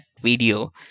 video